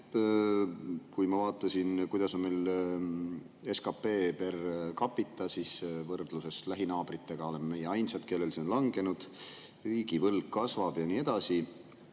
Kui ma vaatasin, kuidas on meil SKPper capita, siis võrdluses lähinaabritega oleme meie ainsad, kellel see on langenud, riigivõlg kasvab ja nii edasi.